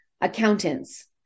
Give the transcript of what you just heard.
accountants